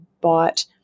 bought